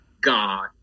God